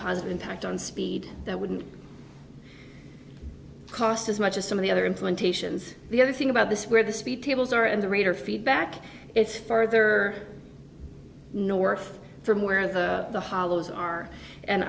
positive impact on speed that wouldn't cost as much as some of the other implementations the other thing about this where the speed tables are and the reader feedback it's further north from where the hollows are and